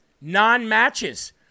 Non-matches